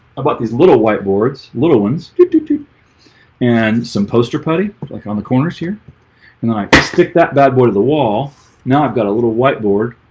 about these little white boards little ones fifty two and some poster putty like on the corners here and then i stick that bad boy to the wall now. i've got a little whiteboard